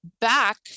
back